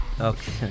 Okay